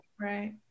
Right